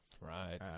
Right